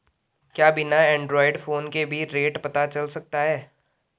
क्या बिना Android phone के भी रेट पता चल सकता है?